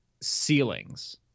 ceilings